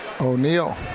O'Neal